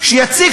שיציג